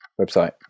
Website